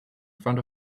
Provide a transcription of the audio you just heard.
front